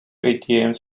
atms